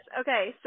Okay